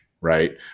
right